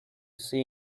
see